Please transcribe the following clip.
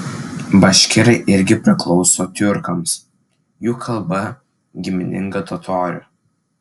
baškirai irgi priklauso tiurkams jų kalba gimininga totorių